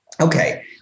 okay